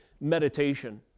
meditation